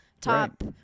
top